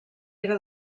era